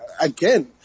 again